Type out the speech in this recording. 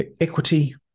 Equity